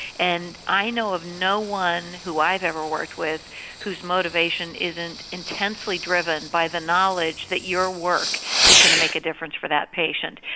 and i know of no one who i've ever worked with whose motivation isn't intensely driven by the knowledge that your work is going to make a difference for that patient.